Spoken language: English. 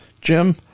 jim